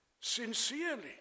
sincerely